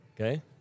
Okay